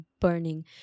burning